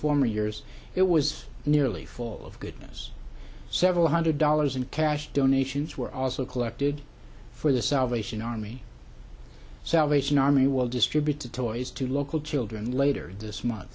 former years it was nearly full of goodness several hundred dollars in cash donations were also collected for the salvation army salvation army will distribute the toys to local children later this month